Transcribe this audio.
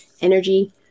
energy